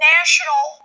national